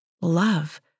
Love